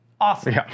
Awesome